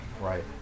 Right